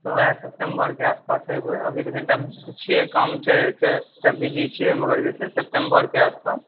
तऽ वएह सेप्टम्बर के आस पास एबै अभी तऽ कनिटा छियै काम छै बिजी छियै मगर जे छै सेप्टम्बर के आस पास